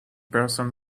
person